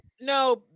No